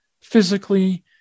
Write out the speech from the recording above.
physically